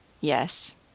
Yes